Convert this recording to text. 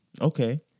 Okay